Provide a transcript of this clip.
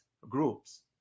groups